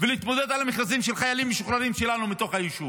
להתמודד על המכרזים של חיילים משוחררים שלנו מתוך היישוב.